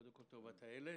קודם כול, טובת הילד.